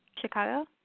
Chicago